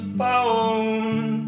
bound